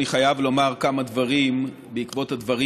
אני חייב לומר כמה דברים בעקבות הדברים